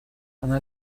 она